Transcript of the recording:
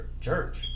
church